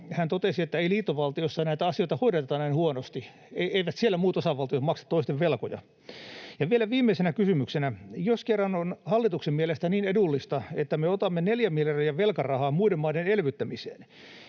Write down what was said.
hän totesi, että ei liittovaltiossa näitä asioita hoideta näin huonosti. Eivät siellä muut osavaltiot maksa toisten velkoja. Ja vielä viimeisenä kysymyksenä: Jos kerran on hallituksen mielestä niin edullista, että me otamme 4 miljardia euroa velkarahaa muiden maiden elvyttämiseen,